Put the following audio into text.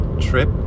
trip